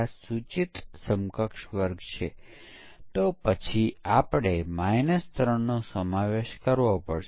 જ્યારે સિસ્ટમ પરીક્ષણમાં તે એક અલગ પરીક્ષણ ટીમ છે જે સામાન્ય રીતે સિસ્ટમ પરીક્ષણ કરે છે